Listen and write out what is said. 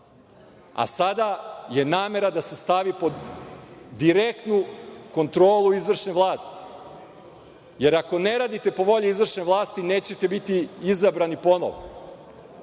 a sada je namera da se stavi pod direktnu kontrolu izvršne vlasti, jer ako ne radite po volji izvršne vlasti nećete biti izabrani ponovo.